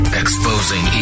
exposing